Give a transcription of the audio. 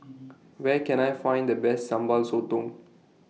Where Can I Find The Best Sambal Sotong